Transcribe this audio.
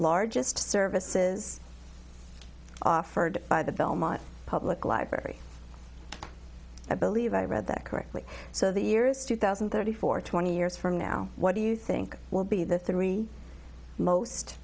largest services offered by the belmont public library i believe i read that correctly so the years two thousand and thirty four twenty years from now what do you think will be the three most